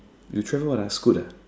you travel what Scoot lah